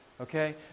Okay